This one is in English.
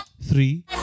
Three